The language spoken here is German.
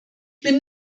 bin